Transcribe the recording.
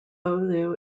oulu